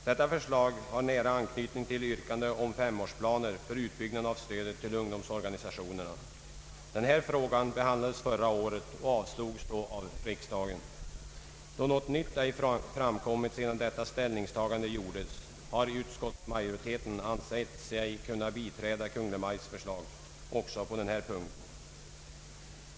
Detta förslag har nära anknytning till yrkandet om femårsplaner för utbyggnad av stödet till ungdomsorganisationerna. Den frågan behandlades förra året och yrkandet avslogs av riksdagen. Då något nytt ej framkommit sedan detta ställningstagande gjordes har utskottsmajoriteten ansett sig kunna biträda Kungl. Maj:ts förslag också på denna punkt.